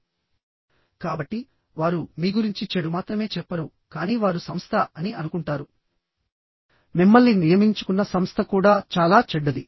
కాబట్టి వారు మీ గురించి చెడు మాత్రమే చెప్పరు కానీ వారు సంస్థ అని అనుకుంటారు మిమ్మల్ని నియమించుకున్న సంస్థ కూడా చాలా చెడ్డది